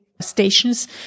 stations